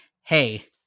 Hey